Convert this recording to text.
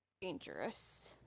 dangerous